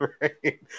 Right